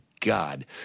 God